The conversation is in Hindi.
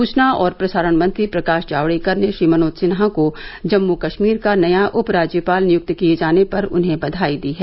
सूचना और प्रसारण मंत्री प्रकाश जावडेकर ने श्री मनोज सिन्हा को जम्मू कश्मीर का नया उपराज्यपाल नियुक्त किये जाने पर उन्हे बधाई दी है